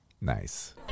nice